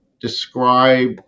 describe